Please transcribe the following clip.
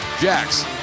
Jax